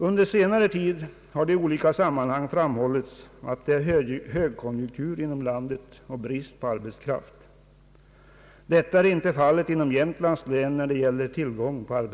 Under senare tid har det i olika sammanhang framhållits att det är högkonjunktur inom landet och brist på arbetskraft. Detta är icke fallet inom Jämtlands län.